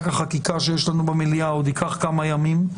החקיקה שיש לנו במליאה עוד ייקח כמה ימים.